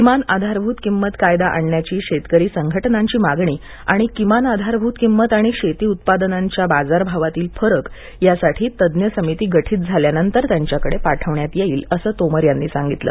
किमान आधारभूत किंमत कायदा आणण्याची शेतकरी संघटनांची मागणी आणि किमान आधारभूत किंमत आणि शेती उत्पादनांच्या बाजारभावातील फरक यासाठी तज्ज्ञ समिती गठित झाल्यानंतर त्यांच्याकडे पाठवण्यात येईल असं तोमर यांनी सांगितलं